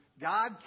God